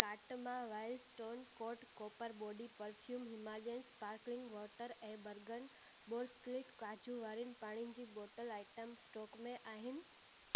cart मां Wildstone code copper body perfume Himalayan sparkling water ऐं बर्गन बोरोसिलिकेट कांच वारी पाणी जी बोटल आईटम स्टोक में आहिनि